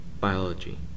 Biology